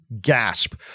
gasp